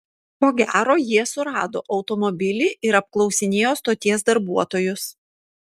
ko gero jie surado automobilį ir apklausinėjo stoties darbuotojus